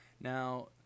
Now